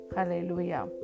Hallelujah